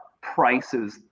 prices